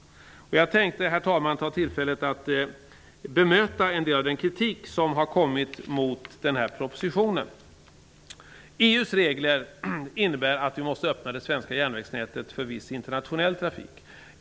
Jag tänkte, herr talman, ta tillfället i akt att bemöta en del av den kritik som kommit mot propositionen. EU:s regler innebär att vi måste öppna det svenska järnvägsnätet för viss internationell trafik.